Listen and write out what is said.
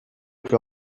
plus